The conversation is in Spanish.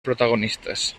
protagonistas